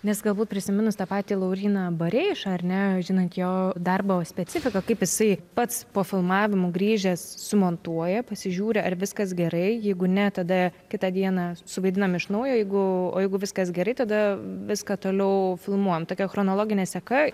nes galbūt prisiminus tą patį lauryną bareišą ar ne žinant jo darbo specifiką kaip jisai pats po filmavimų grįžęs sumontuoja pasižiūri ar viskas gerai jeigu ne tada kitą dieną suvaidinam iš naujo jeigu o jeigu viskas gerai tada viską toliau filmuojam tokia chronologine seka